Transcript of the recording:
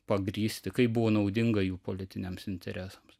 pagrįsti kaip buvo naudinga jų politiniams interesams